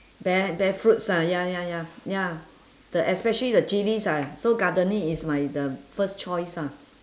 bear bear fruits ah ya ya ya ya the especially the chillies ah so gardening is my the first choice ah